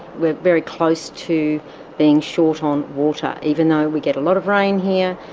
we're very close to being short on water. even though we get a lot of rain here,